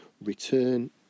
Return